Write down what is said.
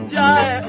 die